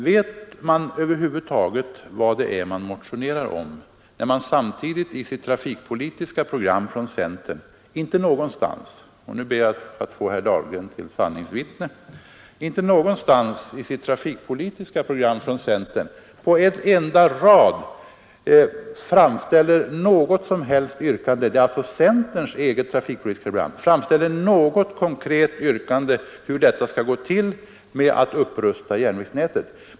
Vet man över huvud taget vad det är man motionerar om, när centern samtidigt i sitt eget trafikpolitiska program inte någonstans — och nu ber jag att få herr Dahlgren till sanningsvittne — på en enda rad framställer något konkret yrkande om hur det skall gå till att upprusta järnvägsnätet?